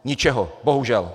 Ničeho! Bohužel.